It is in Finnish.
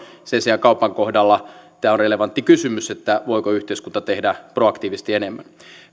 sen sijaan kaupan kohdalla tämä on relevantti kysymys voiko yhteiskunta tehdä proaktiivisesti enemmän